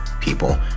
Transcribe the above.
people